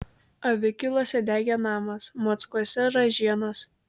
avikiluose degė namas mockuose ražienos